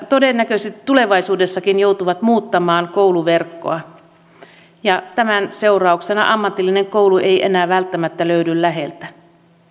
todennäköisesti tulevaisuudessakin joutuvat muuttamaan kouluverkkoa ja tämän seurauksena ammatillinen koulu ei enää välttämättä löydy läheltä